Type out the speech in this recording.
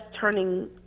turning